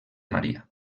maria